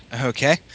Okay